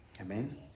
Amen